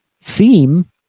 seem